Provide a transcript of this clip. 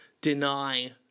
deny